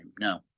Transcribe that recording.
No